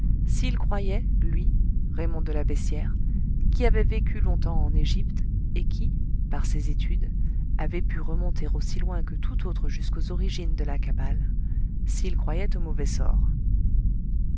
s'il croyait lui raymond de la beyssière qui avait vécu longtemps en égypte et qui par ses études avait pu remonter aussi loin que tout autre jusqu'aux origines de la kabbale s'il croyait au mauvais sort